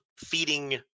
feeding